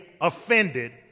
offended